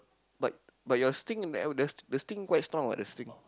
but but your sting in the eldest the sting quite strong what the sting